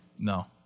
No